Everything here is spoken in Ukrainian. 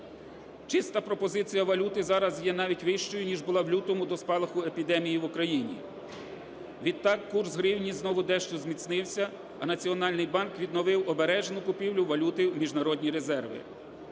Чиста пропозиція валюти зараз є навіть вищою ніж була в лютому до спалаху епідемії в Україні. Відтак курс гривні знову дещо зміцнився, а Національний банк відновив обережну купівлю валюти в міжнародні резерви.